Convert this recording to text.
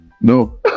No